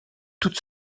toutes